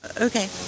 Okay